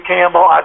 Campbell